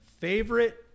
Favorite